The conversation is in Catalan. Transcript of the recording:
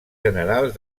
generals